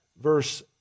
verse